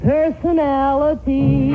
Personality